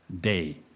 day